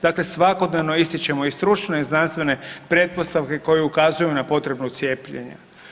Dakle, svakodnevno ističemo i stručne i znanstvene pretpostavke koje ukazuju na potrebu cijepljenja.